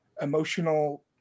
emotional